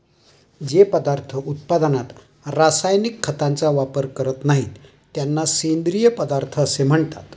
जे पदार्थ उत्पादनात रासायनिक खतांचा वापर करीत नाहीत, त्यांना सेंद्रिय पदार्थ असे म्हणतात